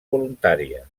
voluntària